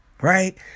right